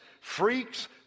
freaks